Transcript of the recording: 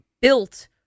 built